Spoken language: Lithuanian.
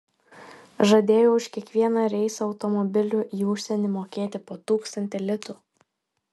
žadėjo už kiekvieną reisą automobiliu į užsienį mokėti po tūkstantį litų